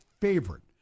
favorite